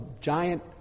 giant